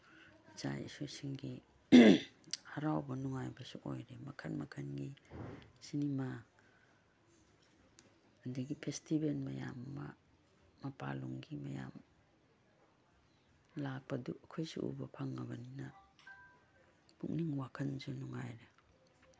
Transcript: ꯏꯆꯥ ꯏꯁꯨꯁꯤꯡꯒꯤ ꯍꯔꯥꯎꯕ ꯅꯨꯡꯉꯥꯏꯕꯁꯨ ꯑꯣꯏꯔꯦ ꯃꯈꯟ ꯃꯈꯟꯒꯤ ꯁꯤꯅꯤꯃꯥ ꯑꯗꯒꯤ ꯐꯦꯁꯇꯤꯚꯦꯜ ꯃꯌꯥꯝ ꯑꯃ ꯃꯄꯥꯜꯂꯣꯝꯒꯤ ꯃꯌꯥꯝ ꯂꯥꯛꯄꯗꯨ ꯑꯩꯈꯣꯏꯁꯨ ꯎꯕ ꯐꯪꯉꯕꯅꯤꯅ ꯄꯨꯛꯅꯤꯡ ꯋꯥꯈꯜꯁꯨ ꯅꯨꯡꯉꯥꯏꯔꯦ